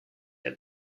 had